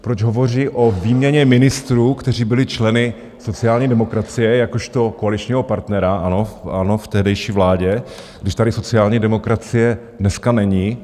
Proč hovoří o výměně ministrů, kteří byli členy sociální demokracie jakožto koaličního partnera ANO v tehdejší vládě, když tady sociální demokracie dneska není?